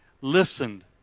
listened